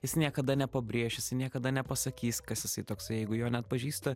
jis niekada nepabrėš jisai niekada nepasakys kas jisai toksai jeigu jo neatpažįsta